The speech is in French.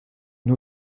une